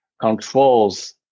controls